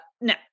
no